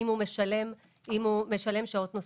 אם הוא משלם שעות נוספות?